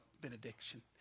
benediction